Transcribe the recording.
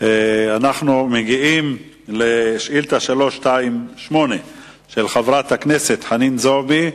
אנחנו מגיעים לשאילתא מס' 328 של חברת הכנסת חנין זועבי: